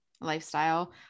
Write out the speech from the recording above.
lifestyle